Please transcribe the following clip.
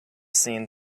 scene